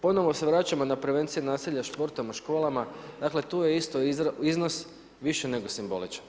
Ponovo se vraćamo na prevenciju od nasilja športom u školama, dakle tu je isto iznos više nego simboličan.